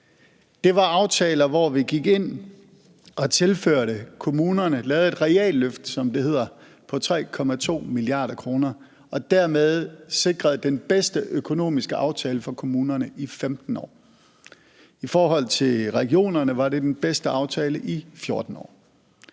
Det var aftaler, hvor vi gik ind og tilførte kommunerne midler og lavede et realløft, som det hedder, på 3,2 mia. kr. og dermed sikrede den bedste økonomiske aftale for kommunerne i 15 år. I forhold til regionerne var det den bedste aftale i 14 år.